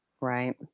right